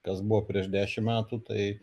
kas buvo prieš dešim metų tai